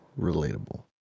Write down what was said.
relatable